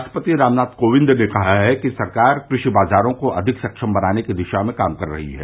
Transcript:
राष्ट्रपति रामनाथ कोविंद ने कहा है कि सरकार कृषि बाजारों को अधिक सक्षम बनाने की दिशा में काम कर रही है